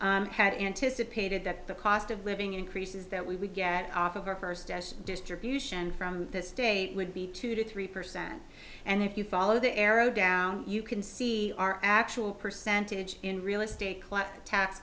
office had anticipated that the cost of living increases that we would get off of our first as distribution from the state would be two to three percent and if you follow the arrow down you can see our actual percentage in real estate